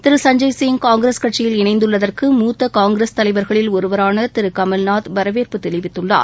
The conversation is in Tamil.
திரு சசஞ்சய் சிங் காங்கிரஸ் கட்சியில் இணைந்துள்ளதற்கு மூத்த காங்கிரஸ் தலைவர்களில் ஒருவரான திரு கமல்நாத் வரவேற்றுள்ளார்